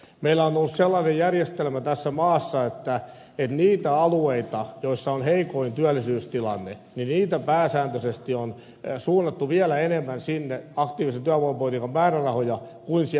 meillä on ollut sellainen järjestelmä tässä maassa että niille alueille joilla on heikoin työllisyystilanne pääsääntöisesti on suunnattu vielä enemmän aktiivisen työvoimapolitiikan määrärahoja kuin siellä on työttömiä